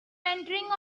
entering